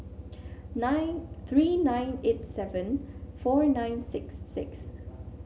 nine three nine eight seven four nine six six